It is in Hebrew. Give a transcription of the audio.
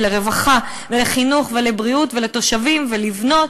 לרווחה ולחינוך ולבריאות ולתושבים ולבנייה.